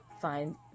find